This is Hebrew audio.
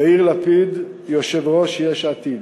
יאיר לפיד, יושב-ראש יש עתיד.